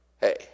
hey